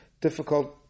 difficult